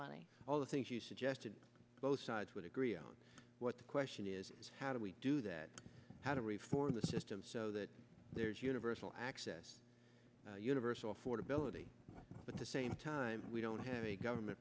money all the things you suggested both sides would agree on what the question is how do we do that how to reform the system so that there's universal access universal affordability but the same time we don't have a government